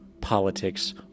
politics